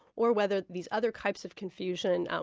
or whether these other types of confusion,